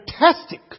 fantastic